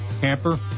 camper